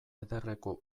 ederreko